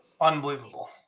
Unbelievable